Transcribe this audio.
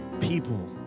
people